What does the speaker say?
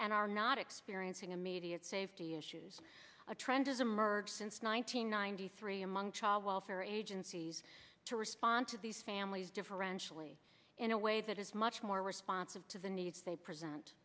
and are not experiencing immediate safety issues a trend has emerged since nine hundred ninety three among child welfare agencies to respond to these families differentially in a way that is much more responsive to the needs they present